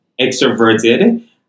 extroverted